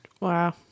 Wow